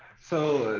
so,